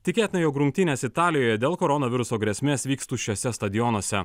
tikėta jog rungtynės italijoje dėl koronaviruso grėsmės vyks tuščiuose stadionuose